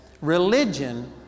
Religion